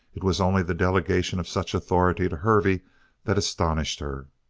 it was only the delegation of such authority to hervey that astonished her.